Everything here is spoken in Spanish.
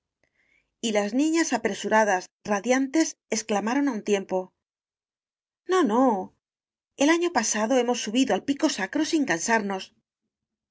andarinas y las niñas apresuradas radiantes excla maron á un tiempo no no el año pasado hemos subido al pico sacro sin cansarnos